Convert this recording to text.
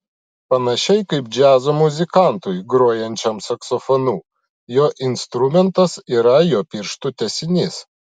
panašiai kaip džiazo muzikantui grojančiam saksofonu jo instrumentas yra jo pirštų tęsinys